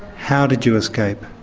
how did you escape?